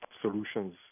solutions